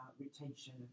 retention